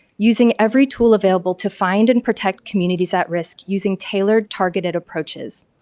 using every tool available to find and protect communities at risk, using tailored targeted approaches.